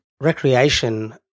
recreation